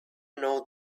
know